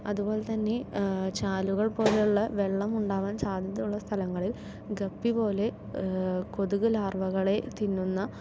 അതുപോലെതന്നെ ചാലുകൾ പോലുള്ള വെള്ളം ഉണ്ടാകാൻ സാധ്യത ഉള്ള സ്ഥലങ്ങളിൽ ഗപ്പി പോലെ കൊതുക് ലാർവകളെ തിന്നുന്ന